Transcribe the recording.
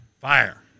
Fire